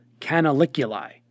canaliculi